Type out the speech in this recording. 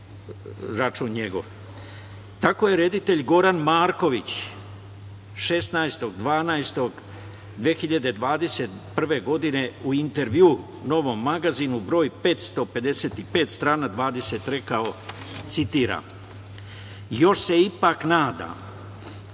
račun njegov. Tako je reditelj Goran Marković 16.12.2021. godine u intervju „Novom magazinu“ broj 555, strana 20 rekao, citiram – još se ipak nadam